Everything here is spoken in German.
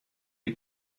die